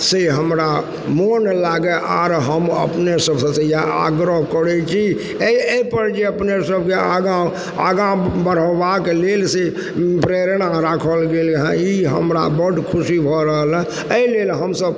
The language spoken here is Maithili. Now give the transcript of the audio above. से हमरा मोन लागय आओर हम अपने सबसँ इएह आग्रह करय छी अइ अइपर जे अपने सबके आगा आगा बढ़ेबाके लेल से प्रेरणा राखल गेल हइ ई हमरा बड्ड खुशी भऽ रहल हइ अइ लेल हमसब